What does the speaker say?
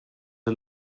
are